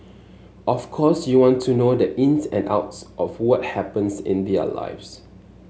of course you want to know the ins and outs of what happens in their lives